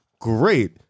great